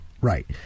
Right